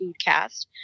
foodcast